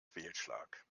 fehlschlag